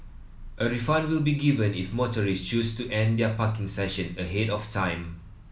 a refund will be given if motorists choose to end their parking session ahead of time